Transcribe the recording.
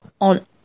on